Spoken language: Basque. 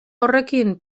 horrekin